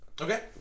Okay